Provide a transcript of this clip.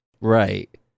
Right